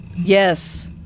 Yes